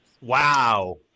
Wow